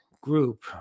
group